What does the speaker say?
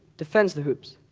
defends the hoops.